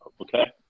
Okay